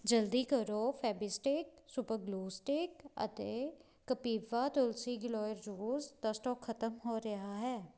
ਜਲਦੀ ਕਰੋ Fevistik super glue stick ਅਤੇ ਕਪੀਵਾ ਤੁਲਸੀ ਗਲੋਇਰ ਜੂਸ ਦਾ ਸਟੋਕ ਖਤਮ ਹੋ ਰਿਹਾ ਹੈ